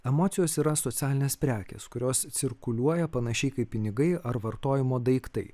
emocijos yra socialinės prekės kurios cirkuliuoja panašiai kaip pinigai ar vartojimo daiktai